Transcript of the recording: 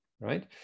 right